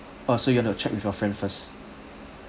uh so you want to check with your friend first